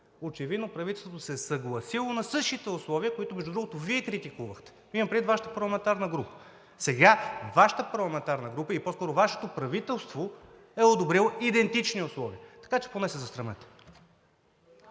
Очевидно правителството се е съгласило на същите условия, които, между другото, Вие критикувахте – имам предвид Вашата парламентарна група. Сега Вашата парламентарна група, по-скоро Вашето правителство е одобрило идентични условия! Така че поне се засрамете.